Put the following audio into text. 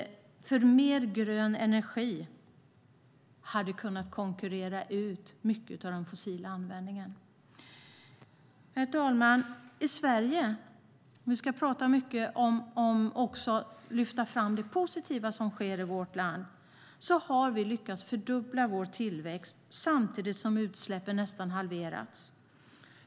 Mer grön energi hade kunnat konkurrera ut mycket av den fossila användningen. Herr talman! Vi ska också lyfta fram det positiva som sker i vårt land. Vi har lyckats fördubbla vår tillväxt samtidigt som utsläppen nästan halverats.